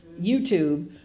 YouTube